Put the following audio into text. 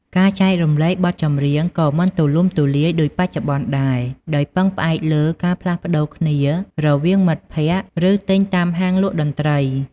ការចែករំលែកបទចម្រៀងក៏មិនទូលំទូលាយដូចបច្ចុប្បន្នដែរ ដោយពឹងផ្អែកលើការផ្លាស់ប្តូរគ្នារវាងមិត្តភក្តិ ឬទិញតាមហាងលក់តន្ត្រី។